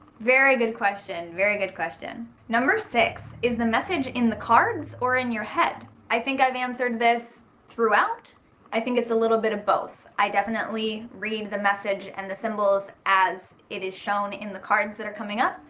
very good question very good question! six is the message in the cards or in your head i think i've answered this throughout i think it's a little bit of both i definitely read the message and the symbols as it is shown in the cards that are coming up,